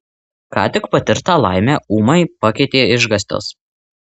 ką tik patirtą laimę ūmai pakeitė išgąstis